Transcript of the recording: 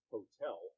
Hotel